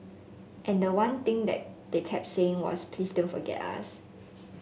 and the one thing that they kept saying was please don't forget us